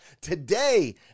Today